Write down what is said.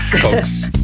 folks